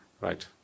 right